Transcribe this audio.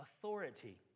authority